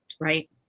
Right